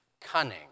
cunning